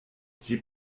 dis